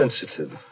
sensitive